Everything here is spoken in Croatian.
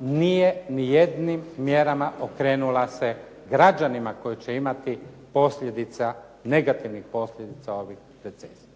nije nijednim mjerama okrenula se građanima koji će imati posljedica, negativnih posljedica ovih recesija.